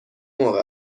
موقع